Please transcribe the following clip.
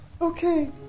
Okay